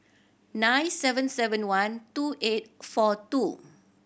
nine seven seven one two eight four two